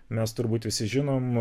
mes turbūt visi žinom